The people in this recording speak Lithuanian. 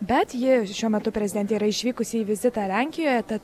bet ji šiuo metu prezidentė yra išvykusi į vizitą lenkijoje tad